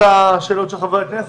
הכנסת,